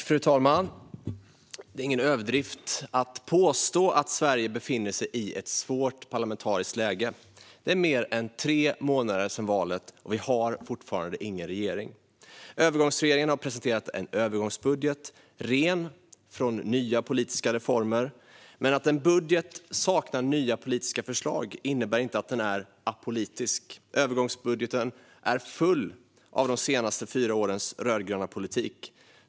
Fru talman! Det är ingen överdrift att påstå att Sverige befinner sig i ett svårt parlamentariskt läge. Det är mer än tre månader sedan valet, och vi har fortfarande ingen regering. Övergångsregeringen har presenterat en övergångsbudget, ren från nya politiska reformer. Men att en budget saknar nya politiska förslag innebär inte att den är apolitisk. Övergångsbudgeten är full av de senaste fyra årens rödgröna politik.